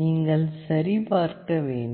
நீங்கள் சரிபார்க்க வேண்டும்